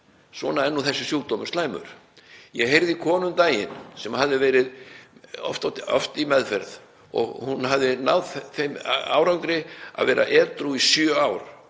Svona er þessi sjúkdómur slæmur. Ég heyrði í konu um daginn sem hafði verið oft í meðferð og hún hafði náð þeim árangri að vera edrú í sjö ár.